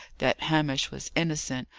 that hamish was innocent,